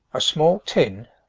a small tin,